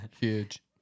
Huge